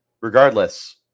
Regardless